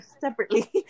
separately